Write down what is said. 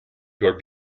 your